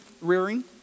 rearing